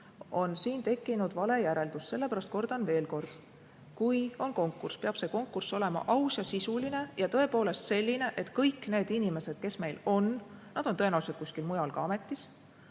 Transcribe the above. on tehtud vale järeldus. Sellepärast kordan: kui on konkurss, peab see konkurss olema aus ja sisuline ja tõepoolest selline, et kõik need inimesed, kes meil on, nad on tõenäoliselt kuskil mujal ametis,